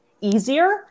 easier